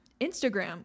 Instagram